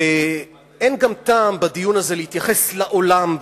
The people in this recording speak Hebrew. ואין גם טעם בדיון הזה להתייחס ל"עולם",